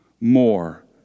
more